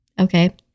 Okay